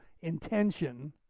intention